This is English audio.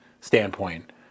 standpoint